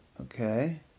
okay